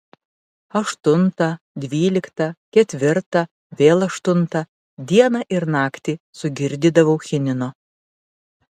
aštuntą dvyliktą ketvirtą vėl aštuntą dieną ir naktį sugirdydavau chinino